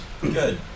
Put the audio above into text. Good